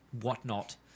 whatnot